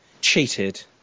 cheated